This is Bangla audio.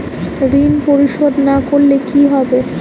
ঋণ পরিশোধ না করলে কি হবে?